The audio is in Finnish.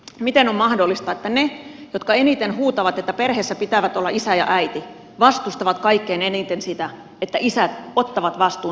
miten on mahdollista että ne jotka eniten huutavat että perheessä pitää olla isä ja äiti vastustavat kaikkein eniten sitä että isät ottavat vastuun siitä perheestään